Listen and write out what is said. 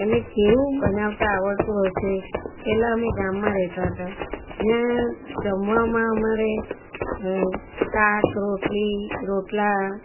એને કેવું બનાવતા આવડતું હશે પહેલાં અમે ગામમાં રહેતા હતા જ્યાં જમવામાં અમારે શાક રોટલી રોટલા